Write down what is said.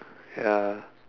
ya